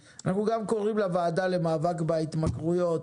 אנחנו גם קוראים לוועדה למאבק בהתמכרויות,